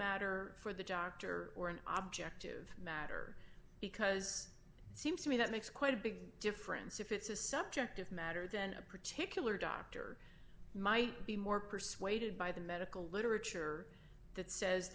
matter for the doctor or an object of matter because it seems to me that makes quite a big difference if it's a subjective matter then a particular doctor might be more persuaded by the medical literature that says